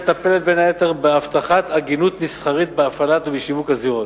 מטפלת בין היתר בהבטחת הגינות מסחרית בהפעלה ובשיווק הזירות,